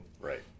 Right